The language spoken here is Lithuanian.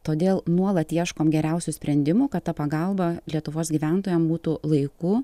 todėl nuolat ieškom geriausių sprendimų kad ta pagalba lietuvos gyventojam būtų laiku